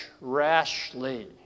rashly